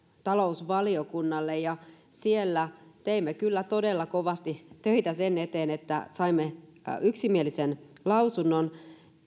talousvaliokunnalle ja siellä teimme kyllä todella kovasti töitä sen eteen että saimme yksimielisen lausunnon